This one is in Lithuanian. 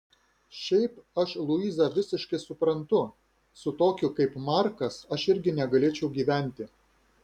šiaip aš luizą visiškai suprantu su tokiu kaip markas aš irgi negalėčiau gyventi